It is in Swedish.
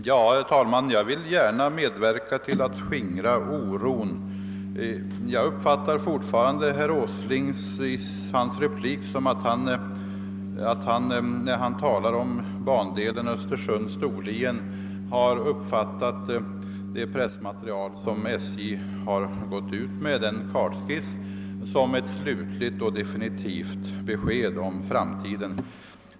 Herr talman! Jag vill gärna medverka till att skingra oron. När herr Åsling talar om bandelen Östersund—Storlien ger han mig intrycket att han uppfattat det pressmaterial och den kartskiss som SJ lämnat ut som ett slutligt besked om framtiden.